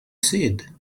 said